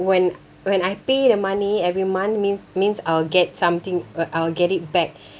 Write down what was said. when when I pay the money every month means means I'll get something uh I'll get it back